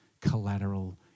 collateral